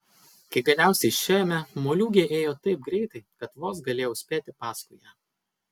kai galiausiai išėjome moliūgė ėjo taip greitai kad vos galėjau spėti paskui ją